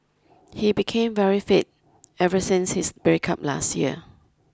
he became very fit ever since his breakup last year